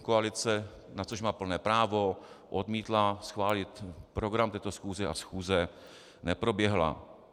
Koalice, na což má plné právo, odmítla schválit program této schůze a schůze neproběhla.